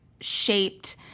shaped